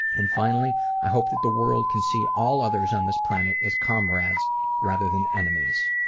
and finally i hope that the world can see all others on this planet as comrades rather than enemies.